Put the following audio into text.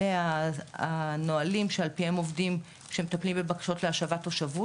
אלה הנהלים שעל פיהם עובדים כשמדברים על בעיות של השבת תושבות,